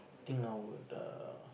think I would err